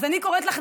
אז אני קוראת לך,